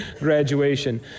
graduation